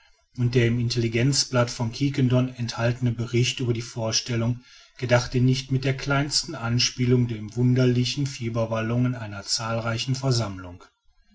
und der im intelligenzblatt von quiquendone enthaltene bericht über die vorstellung gedachte nicht mit der kleinsten anspielung der wunderlichen fieberwallung einer zahlreichen versammlung